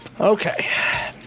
Okay